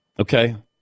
okay